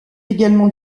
également